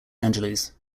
angeles